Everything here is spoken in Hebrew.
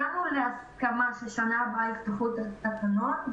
הגענו להסכמה שבשנה הבאה יפתחו את התקנון,